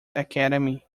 academy